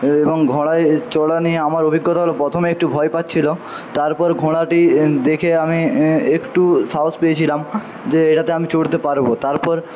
এবং ঘোড়ায় চড়া নিয়ে আমার অভিজ্ঞতা হল প্রথমে একটু ভয় পাচ্ছিলো তারপর ঘোড়াটি দেখে আমি একটু সাহস পেয়েছিলাম যে এটাতে আমি চড়তে পারবো তারপর